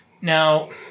now